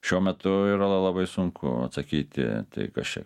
šiuo metu yra labai sunku atsakyti tai kas čia